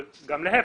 וגם להיפך.